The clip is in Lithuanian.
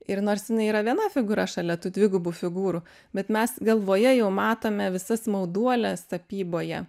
ir nors jinai yra viena figūra šalia tų dvigubų figūrų bet mes galvoje jau matome visas mauduoles tapyboje